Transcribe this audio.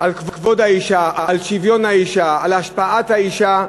על כבוד האישה, על שוויון האישה, על השפעת האישה.